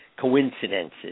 coincidences